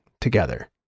together